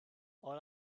all